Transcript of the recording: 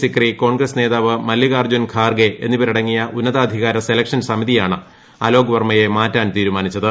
സിക്രി കോൺഗ്രസ് നേതാവ് മല്ലികാർജ്ജുൻ ഖാർഗെ എന്നിവരടങ്ങിയ ഉന്നതാധികാര സെലക്ഷൻ സമിതിയാണ് അലോക് വർമ്മയെ മാറ്റാൻ തീരുമാനിച്ചത്